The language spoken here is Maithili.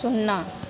शुन्ना